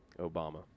Obama